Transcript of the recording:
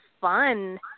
fun